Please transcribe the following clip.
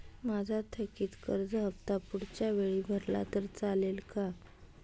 माझा थकीत कर्ज हफ्ता पुढच्या वेळी भरला तर चालेल का?